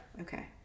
Okay